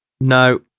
No